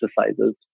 exercises